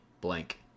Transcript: blank